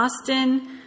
Austin